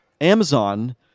Amazon